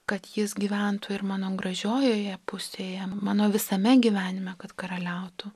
kad jis gyventų ir mano gražiojoje pusėje mano visame gyvenime kad karaliautų